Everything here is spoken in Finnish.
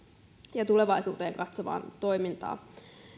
ja tulevaisuuteen katsovaa toimintaa